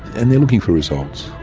and they're looking for results.